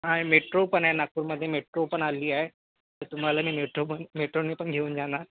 metro पण आहे नागपूरमध्ये मेट्रो पण आली आहे तर तुम्हाला मी मेट्रो पण मेट्रोने पण घेऊन जाणार